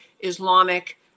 Islamic